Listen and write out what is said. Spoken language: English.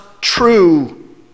true